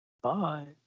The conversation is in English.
Bye